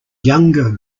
younger